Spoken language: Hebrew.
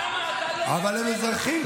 למה אתה לא, אבל הם אזרחים פה.